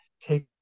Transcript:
take